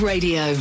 Radio